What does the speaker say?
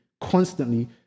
constantly